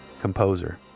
composer